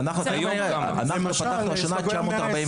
אנחנו פתחנו השנה 944